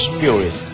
Spirit